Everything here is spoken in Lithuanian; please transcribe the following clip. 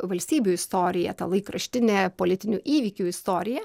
valstybių istoriją ta laikraštinė politinių įvykių istoriją